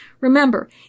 Remember